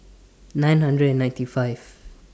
nine hundred and ninety five